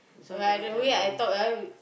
by the way I talk ah